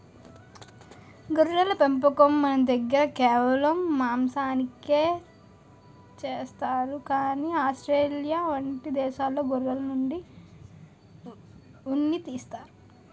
గొర్రెల పెంపకం మనదగ్గర కేవలం మాంసానికే చేస్తారు కానీ ఆస్ట్రేలియా వంటి దేశాల్లో గొర్రెల నుండి ఉన్ని తీస్తారు